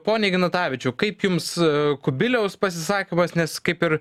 pone ignatavičiau kaip jums kubiliaus pasisakymas nes kaip ir